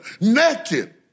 naked